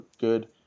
good